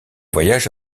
voyages